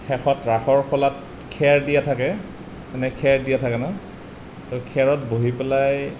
শেষত ৰাসৰ খলাত খেৰ দিয়া থাকে মানে খেৰ দিয়া থাকে ন খেৰত বহি পেলাই